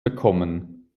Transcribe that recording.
bekommen